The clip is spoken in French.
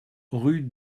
rue